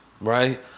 right